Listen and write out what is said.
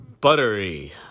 buttery